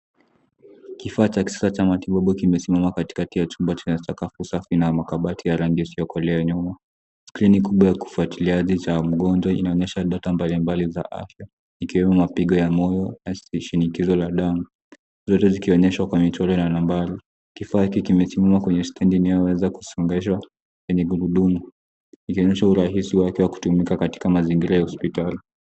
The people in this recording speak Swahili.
Kifaa cha kisasa cha matibabu kimesimama katikati ya chumba chenye sakafu safi na makabati ya rangi yasiyokolea ya nyuma. Skrini kubwa yakufuatilia hali ya mgonjwa inaonyesha data mbalimbali za afya, ikiwemo mapigo ya moyo na kishinikizo la damu. Zote zikionyeshwa kwenye troli ya nambari. Kifaa hiki kimesimama kwenye stendi inayoweza kusongeshwa yenye gurudumu, ikionyesha urahisi wake wa kutumika katika mazingira ya hospitali.